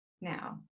now